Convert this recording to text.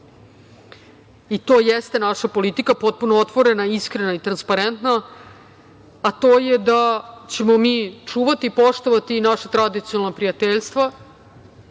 i to jeste naša politika potpuno otvorena, iskrena i transparentna, a to je da ćemo mi čuvati i poštovati naša tradicionalna prijateljstva